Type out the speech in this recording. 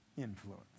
influence